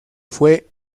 fue